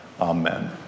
Amen